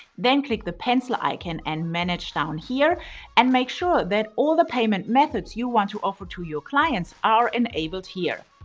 then click the pencil icon and manage down here and make sure that all the payment methods you want to offer to your clients are enabled here.